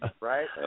Right